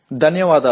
ధన్యవాదాలు